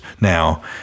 now